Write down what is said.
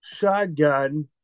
shotgun